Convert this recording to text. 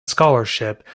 scholarship